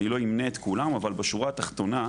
אני לא אמנה את כולם, אבל בשורה התחתונה,